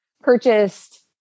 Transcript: purchased